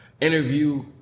interview